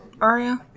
Aria